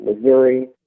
Missouri